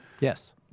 Yes